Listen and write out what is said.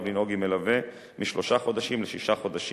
לנהוג עם מלווה משלושה חודשים לשישה חודשים.